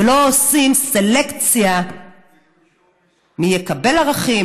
ולא עושים סלקציה מי יקבל ערכים,